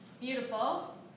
Beautiful